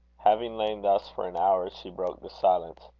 having lain thus for an hour, she broke the silence.